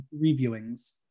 reviewings